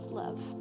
love